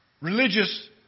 religious